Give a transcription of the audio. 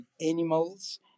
animals